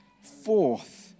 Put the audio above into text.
forth